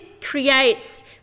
creates